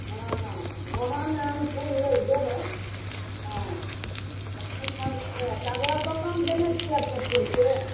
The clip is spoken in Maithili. हँ ओहन ओहन फूल देबै हँ ओहन ओहन देबै आ कतऽ दोकान देने छियै अपने फूलके